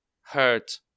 hurt